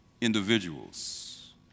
individuals